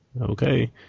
Okay